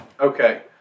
okay